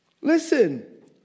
Listen